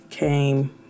came